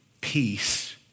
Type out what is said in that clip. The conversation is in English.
peace